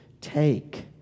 take